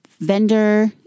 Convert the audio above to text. vendor